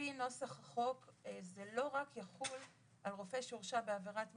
לפי נוסח החוק זה לא רק יחול על רופא שהורשע בעבירת מין.